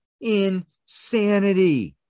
Insanity